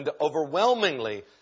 overwhelmingly